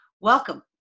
Welcome